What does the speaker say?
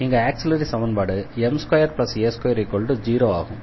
இங்கு ஆக்ஸிலரி சமன்பாடு m2a2 0 ஆகும்